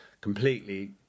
completely